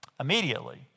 immediately